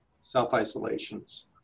self-isolations